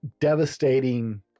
devastating